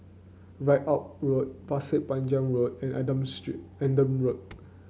Ridout Road Pasir Panjang Road and Adam Street Adam Road